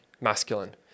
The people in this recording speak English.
masculine